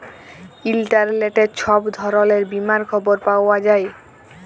ইলটারলেটে ছব ধরলের বীমার খবর পাউয়া যায়